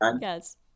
Yes